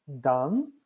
done